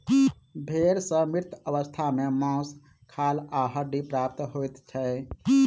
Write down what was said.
भेंड़ सॅ मृत अवस्था मे मौस, खाल आ हड्डी प्राप्त होइत छै